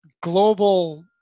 global